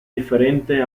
differente